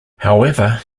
however